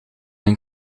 een